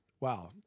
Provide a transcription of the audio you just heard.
wow